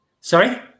Sorry